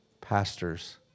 pastors